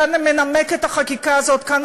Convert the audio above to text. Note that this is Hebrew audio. אתה מנמק את החקיקה הזאת כאן,